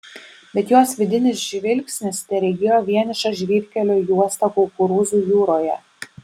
bet jos vidinis žvilgsnis teregėjo vienišą žvyrkelio juostą kukurūzų jūroje